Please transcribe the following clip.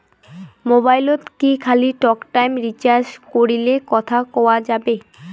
মোবাইলত কি খালি টকটাইম রিচার্জ করিলে কথা কয়া যাবে?